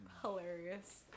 hilarious